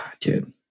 Dude